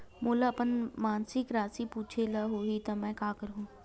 मोला अपन मासिक राशि पूछे ल होही त मैं का करहु?